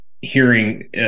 hearing